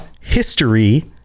history